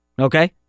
Okay